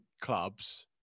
clubs